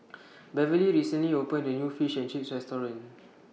Beverlee recently opened A New Fish and Chips Restaurant